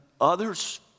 others